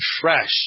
fresh